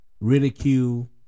ridicule